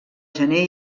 gener